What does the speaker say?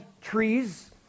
trees